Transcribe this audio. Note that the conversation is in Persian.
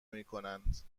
میکنند